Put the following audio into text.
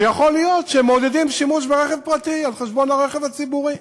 שיכול להיות שהם מעודדים שימוש ברכב פרטי על חשבון הרכב הציבורי.